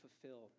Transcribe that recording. fulfill